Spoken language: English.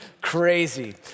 crazy